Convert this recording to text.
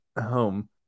home